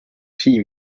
siim